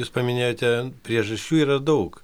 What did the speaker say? jūs paminėjote priežasčių yra daug